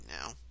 now